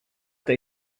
that